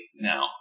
Now